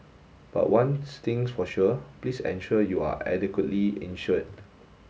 but one thing's for sure please ensure you are adequately insured